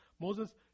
Moses